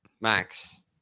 Max